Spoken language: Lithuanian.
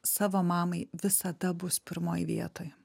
savo mamai visada bus pirmoj vietoj